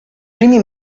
primi